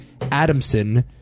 Adamson